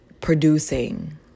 producing